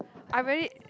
I very